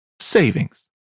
savings